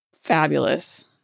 fabulous